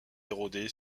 érodé